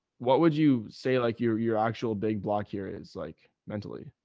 what would you say? like your, your actual big block here is like mentally.